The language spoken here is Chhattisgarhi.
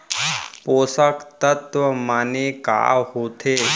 पोसक तत्व माने का होथे?